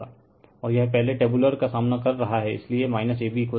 और यह पहले टेबुलर का सामना कर रहा हैं इसलिए -ab 0